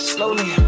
Slowly